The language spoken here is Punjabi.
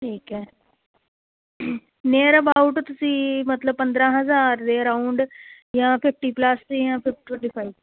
ਠੀਕ ਹੈ ਨੀਅਰ ਅਬਾਊਟ ਤੁਸੀਂ ਮਤਲਬ ਪੰਦਰਾਂ ਹਜ਼ਾਰ ਦੇ ਅਰਾਊਂਡ ਜਾਂ ਫਿਫਟੀ ਪਲੱਸ ਅਤੇ ਜਾਂ ਫਿਰ ਟਵੰਟੀ ਫਾਈਵ